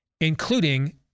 including